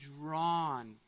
drawn